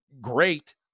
great